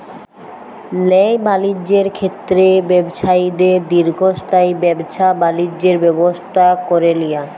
ল্যায় বালিজ্যের ক্ষেত্রে ব্যবছায়ীদের দীর্ঘস্থায়ী ব্যাবছা বালিজ্যের ব্যবস্থা ক্যরে লিয়া